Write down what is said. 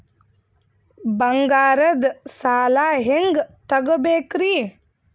ಬಂಗಾರದ್ ಸಾಲ ಹೆಂಗ್ ತಗೊಬೇಕ್ರಿ?